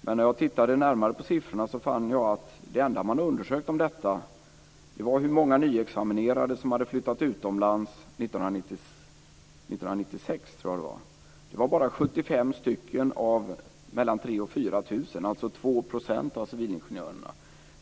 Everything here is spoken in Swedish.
Men när jag tittade närmare på siffrorna fann jag att det enda man undersökt om detta var hur många nyexaminerade som hade flyttat utomlands år 1996, tror jag det var. Det var bara 75 av 3 000-4 000, dvs. 2 % av civilingenjörerna.